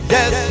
Yes